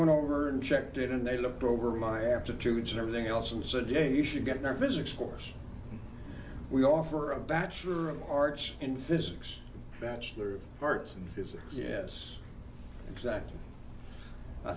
went over and checked it and they looked over my aptitudes and everything else and said yeah you should get nervous explorers we offer a bachelor of arts in physics bachelor of arts and is yes exactly i